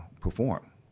perform